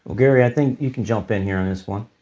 gary, i think you can jump in here on this one